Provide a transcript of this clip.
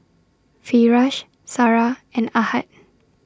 Firash Sarah and Ahad